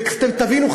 ותבינו,